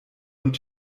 und